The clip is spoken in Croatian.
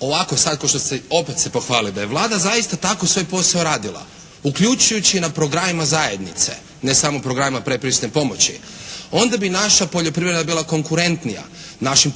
ovako sad ko što se, opet se pohvali, da je Vlada zaista tako svoj posao radila uključujući na programima zajednice, ne samo programima predpristupne pomoći onda bi naša poljoprivreda bila konkurentnija. Naših